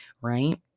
right